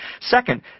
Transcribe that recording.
Second